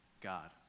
God